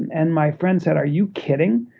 and my friend said, are you kidding?